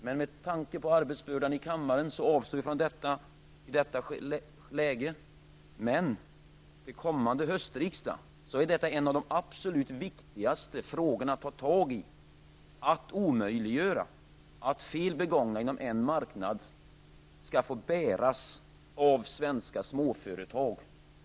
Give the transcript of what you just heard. Men med tanke på kammarens arbetsbörda avstår jag från en sådan debatt, men till kommande höstriksdag är detta en av de absolut viktigaste frågorna att ta tag i, dvs. att omöjliggöra att fel begångna inom en marknad skall få bäras av svenska småföretag.